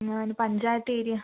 ഞാൻ പഞ്ചായത്ത് ഏരിയ